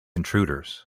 intruders